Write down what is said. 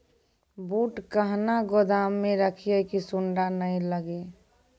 बूट कहना गोदाम मे रखिए की सुंडा नए लागे?